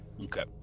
Okay